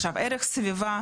עכשיו ערך סביבה,